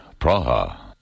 Praha